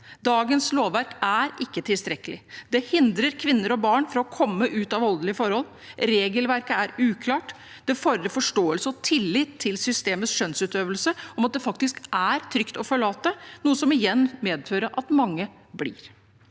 Dagens lovverk er ikke tilstrekkelig. Det hindrer kvinner og barn i å komme ut av voldelige forhold. Regelverket er uklart. Det fordrer forståelse og tillit til systemets skjønnsutøvelse, om at det faktisk er trygt å forlate, noe som igjen medfører at mange blir.